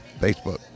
Facebook